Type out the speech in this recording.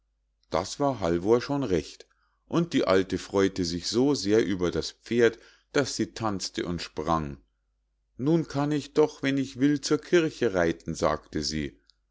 das war halvor schon recht und die alte freu'te sich so sehr über das pferd daß sie tanzte und sprang nun kann ich doch wenn ich will zur kirche reiten sagte sie